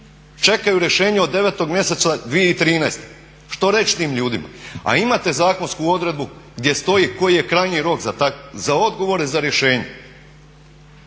čekaju rješenje od 9.mjeseca 2013. Što reći tim ljudima? A imate zakonsku odredbu gdje stoji koji je krajnji rok za odgovore za rješenja.